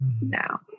now